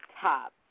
top